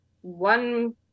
one